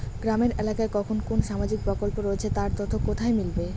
গ্রামের এলাকায় কখন কোন সামাজিক প্রকল্প রয়েছে তার তথ্য কোথায় মিলবে?